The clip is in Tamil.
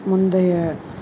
முந்தைய